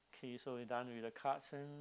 okay so we done with the cards and